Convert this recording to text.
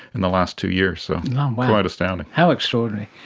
in the last two years, so quite astounding. how extraordinary.